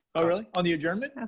oh really? on the adjournment?